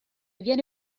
viene